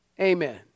Amen